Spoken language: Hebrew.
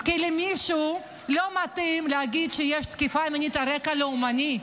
כי למישהו לא מתאים להגיד שיש תקיפה מינית על רקע לאומני,